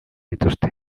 dituzte